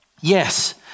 Yes